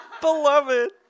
beloved